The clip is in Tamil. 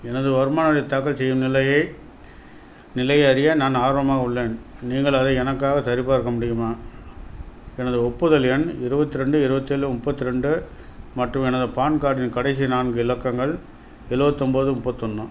எனது வருமான வரி தாக்கல் செய்யும் நிலையை நிலையை அறிய நான் ஆர்வமாக உள்ளேன் நீங்கள் அதை எனக்காக சரிபார்க்க முடியுமா எனது ஒப்புதல் எண் இருபத்து ரெண்டு இருபத்து ஏழு முப்பத்து ரெண்டு மற்றும் எனது பான் கார்டின் கடைசி நான்கு இலக்கங்கள் எழுவத்தொம்போது முப்பத்தொன்று